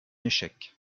échec